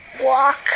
Walk